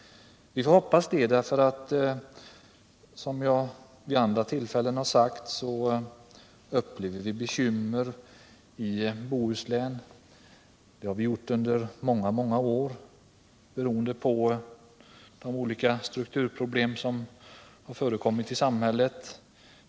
Vi får hoppas det. Som jag vid andra tillfällen har sagt upplever vi bekymmer i Bohuslän, och det har vi gjort under många år, beroende på de olika strukturproblem som har förekommit i samhället.